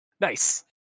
Nice